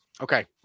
Okay